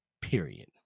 Period